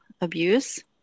abuse